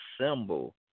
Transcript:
symbol